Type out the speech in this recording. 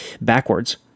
backwards